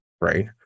right